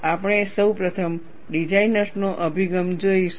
આપણે સૌ પ્રથમ ડિઝાઇનર્સનો અભિગમ જોઈશું